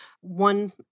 One